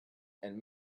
and